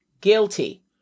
guilty